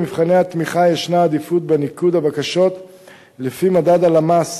במבחני התמיכה ישנה עדיפות בניקוד הבקשות לפי מדד הלמ"ס